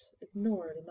ignored